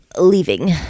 leaving